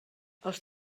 els